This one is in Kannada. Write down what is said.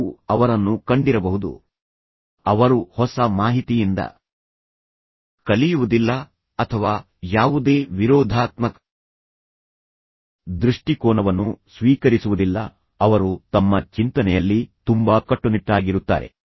ನೀವು ಅವರನ್ನು ಕಂಡಿರಬಹುದು ಅವರು ಹೊಸ ಮಾಹಿತಿಯಿಂದ ಕಲಿಯುವುದಿಲ್ಲ ಅಥವಾ ಯಾವುದೇ ವಿರೋಧಾತ್ಮಕ ದೃಷ್ಟಿಕೋನವನ್ನು ಸ್ವೀಕರಿಸುವುದಿಲ್ಲ ಅವರು ತಮ್ಮ ಚಿಂತನೆಯಲ್ಲಿ ತುಂಬಾ ಕಟ್ಟುನಿಟ್ಟಾಗಿರುತ್ತಾರೆ